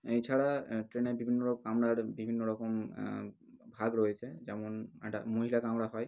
এই ছাড়া ট্রেনের বিভিন্ন রক কামরার বিভিন্ন রকম ভাগ রয়েছে যেমন একটা মহিলা কামরা হয়